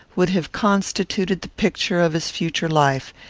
would have constituted the picture of his future life,